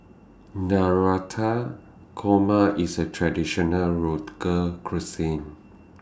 Navratan Korma IS A Traditional Road call Cuisine